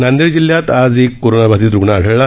नांदेड जिल्ह्यात आज एक कोरोनाबाधित रुग्ण आढळला